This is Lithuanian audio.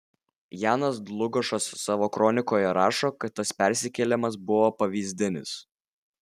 janas dlugošas savo kronikoje rašo kad tas persikėlimas buvo pavyzdinis